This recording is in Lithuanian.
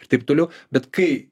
ir taip toliau bet kai